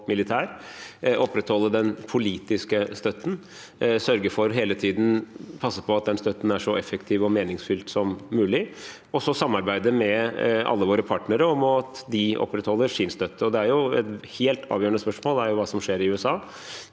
opprettholde den politiske støtten og sørge for hele tiden å passe på at den støtten er så effektiv og meningsfylt som mulig, og så samarbeide med alle våre partnere om at de opprettholder sin støtte. Et helt avgjørende spørsmål er jo hva som skjer i USA,